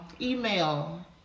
email